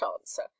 answer